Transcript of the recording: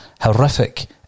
horrific